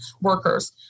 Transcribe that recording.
workers